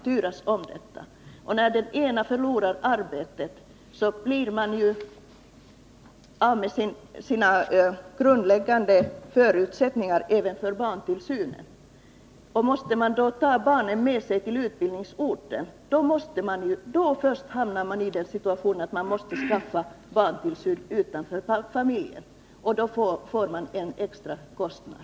När den ena föräldern förlorar arbetet, blir familjen av med sina grundläggande förutsättningar även för barntillsynen. Måste man då ta med sig barnen till utbildningsorten, hamnar man i den situationen att man måste skaffa sig barntillsyn utanför familjen. Därigenom får familjen en extra kostnad.